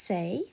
Say